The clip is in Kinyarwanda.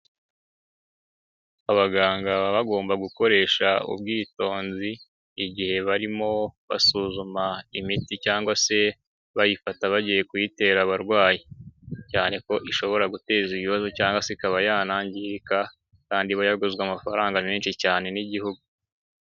Abaganga baba bagomba gukoresha ubwitonzi, igihe barimo basuzuma imiti cyangwa se bayifata bagiye kuyitera abarwayi, cyane ko ishobora guteza ibibazo cyangwa se ikaba yanangirika, kandi iba yaguzwe amafaranga menshi cyane n'igihugu.